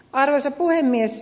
arvoisa puhemies